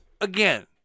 Again